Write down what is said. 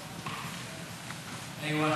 אין נמנעים.